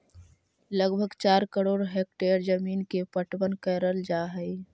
लगभग चार करोड़ हेक्टेयर जमींन के पटवन करल जा हई